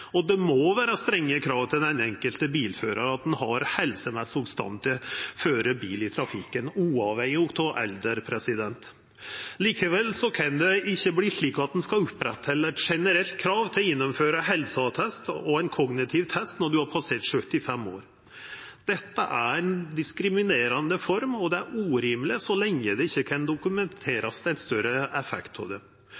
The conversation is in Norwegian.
Det må vera strenge krav til den enkelte bilføraren om å vera i helsemessig stand til å føra bil i trafikken – uavhengig av alder. Likevel kan det ikkje verta slik at ein skal oppretta eit generelt krav til å gjennomføra helseattest og kognitiv test når ein har passert 75 år. Dette har ei diskriminerande form, og det er urimeleg så lenge det ikkje kan